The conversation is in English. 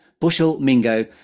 Bushel-Mingo